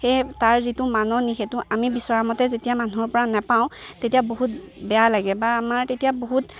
সেই তাৰ যিটো মাননি সেইটো আমি বিচৰা মতে যেতিয়া মানুহৰপৰা নাপাওঁ তেতিয়া বহুত বেয়া লাগে বা আমাৰ তেতিয়া বহুত